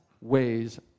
ways